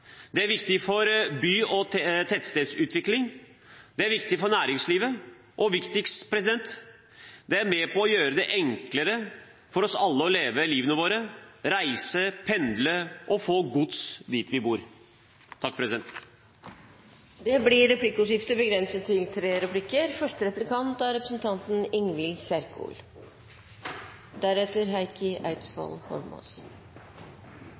Det er viktig for jernbanen selv. Det er viktig for klimaet. Det er viktig for by- og tettstedsutvikling. Det er viktig for næringslivet. Og viktigst: Det er med på å gjøre det enklere for oss alle å leve livet vårt: reise, pendle og få gods dit vi bor. Det blir replikkordskifte. Venstre og Kristelig Folkeparti er